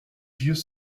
vieux